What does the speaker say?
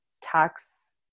tax